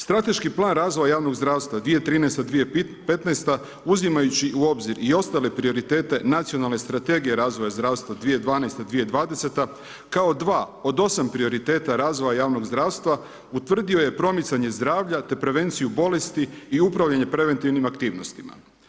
Strateški plan razvoja javnog zdrastva 2013.-2015., uzimajući u obzir i ostale prioritete nacionalne strategije razvoja zdravstva 2012.-2020. kao dva od osam prioriteta razvoja javnog zdravstva utvrdio je promicanje zdravlja te prevenciju bolesti i upravljanje preventivnim aktivnostima.